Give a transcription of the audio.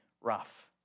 rough